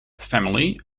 family